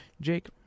Jake